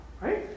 right